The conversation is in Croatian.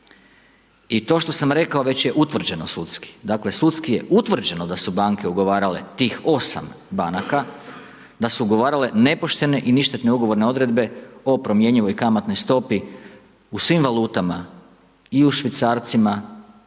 I to što sam rekao već je utvrđeno sudski. Dakle sudski je utvrđeno da su banke ugovarale tih 8 banaka, da su ugovarale nepoštene i ništetne ugovorne odredbe o promjenjivoj kamatnoj stopi u svim valutama i u švicarcima